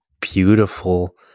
beautiful